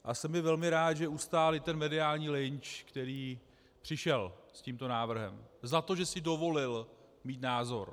A jsem velmi rád, že ustál ten mediální lynč, který přišel s tímto návrhem za to, že si dovolil mít názor.